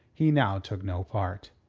he now took no part.